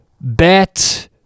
bet